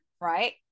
right